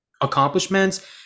accomplishments